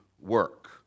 work